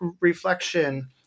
reflection